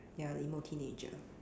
ya the emo teenager